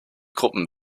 gruppen